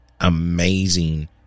amazing